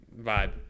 vibe